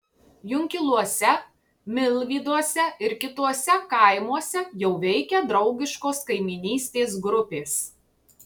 junkiluose milvyduose ir kituose kaimuose jau veikia draugiškos kaimynystės grupės